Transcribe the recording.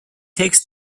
takes